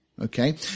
Okay